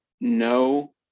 no